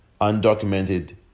undocumented